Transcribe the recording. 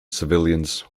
civilians